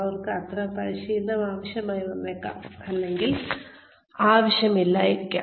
അവർക്ക് അത്തരം പരിശീലനം ആവശ്യമായി വന്നേക്കാം അല്ലെങ്കിൽ ആവശ്യമില്ലായിരിക്കാം